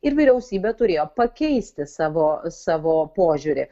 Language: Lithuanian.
ir vyriausybė turėjo pakeisti savo savo požiūrį